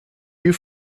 you